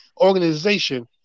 organization